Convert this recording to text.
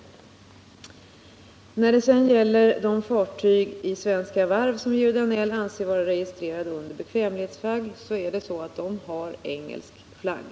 När det sedan gäller de fartyg i Svenska Varv som Georg Danell anser vara registrerade under bekvämlighetsflagg förhåller det sig så att de går under engelsk flagg.